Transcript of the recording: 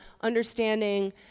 understanding